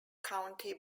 county